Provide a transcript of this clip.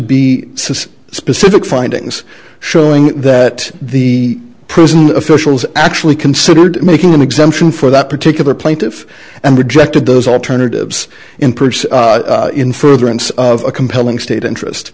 says specific findings showing that the prison officials actually considered making an exemption for that particular plaintive and rejected those alternatives in furtherance of a compelling state interest